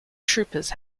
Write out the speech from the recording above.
troopers